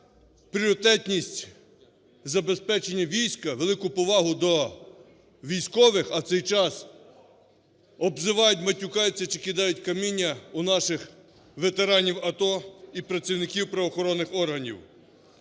пріоритетність забезпечення війська, велику повагу до військових, а в цей час обзивають, матюкають чи кидають каміння у наших ветеранів АТО і працівників правоохоронних органів.